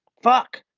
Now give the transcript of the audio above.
fuck.